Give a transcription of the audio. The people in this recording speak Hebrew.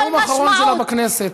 נאום אחרון שלה בכנסת.